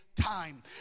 Time